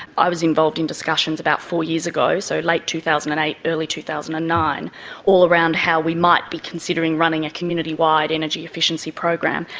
i was involved in discussions about four years ago so late like two thousand and eight, early two thousand and nine all around how we might be considering running a community-wide energy efficiency program.